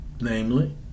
namely